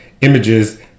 images